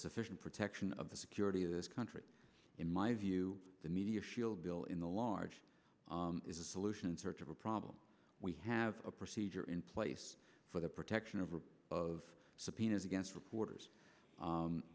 sufficient protection of the security of this country in my view the media shield bill in the large is a solution in search of a problem we have a procedure in place for the protection of of subpoenas against reporters